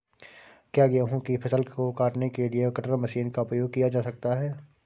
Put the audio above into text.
क्या गेहूँ की फसल को काटने के लिए कटर मशीन का उपयोग किया जा सकता है?